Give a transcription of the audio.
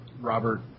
Robert